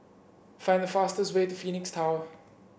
find the fastest way to Phoenix Tower